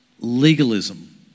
legalism